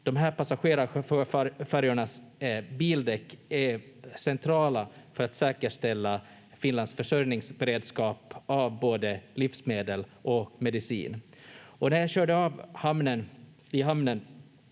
passagerarfärjornas bildäck är centrala för att säkerställa Finlands försörjningsberedskap av både livsmedel och medicin. Och när jag körde av i hamnen